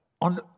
on